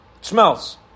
Smells